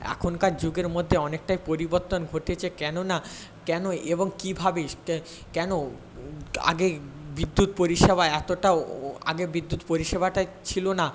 এখনকার যুগের মধ্যে অনেকটাই পরিবর্তন ঘটেছে কেন না কেন এবং কী ভাবে কেন আগে বিদ্যুৎ পরিষেবা এতটাও আগে বিদ্যুৎ পরিষেবাটাই ছিল না